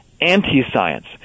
anti-science